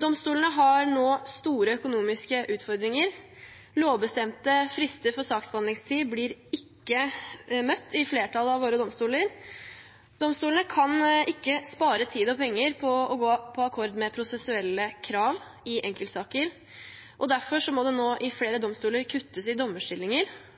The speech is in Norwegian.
Domstolene har nå store økonomiske utfordringer. Lovbestemte frister for saksbehandlingstid blir ikke holdt i flertallet av våre domstoler. Domstolene kan ikke spare tid og penger på å gå på akkord med prosessuelle krav i enkeltsaker. Derfor må det nå i flere domstoler kuttes i dommerstillinger